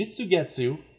Jitsugetsu